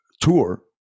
tour